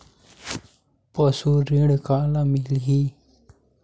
पशु ऋण काला मिलही?